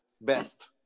best